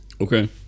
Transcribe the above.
Okay